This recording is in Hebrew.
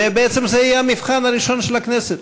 ובעצם זה יהיה המבחן הראשון של הכנסת.